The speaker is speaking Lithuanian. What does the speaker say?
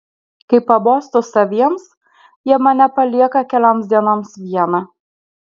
kai pabostu saviesiems jie mane palieka kelioms dienoms vieną